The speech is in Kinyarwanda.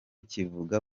kivuga